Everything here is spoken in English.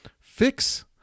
fix